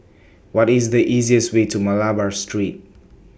What IS The easiest Way to Malabar Street